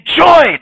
enjoyed